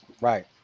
Right